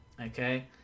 okay